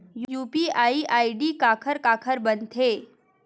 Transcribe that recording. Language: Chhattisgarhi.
यू.पी.आई आई.डी काखर काखर बनथे?